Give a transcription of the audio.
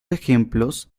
ejemplos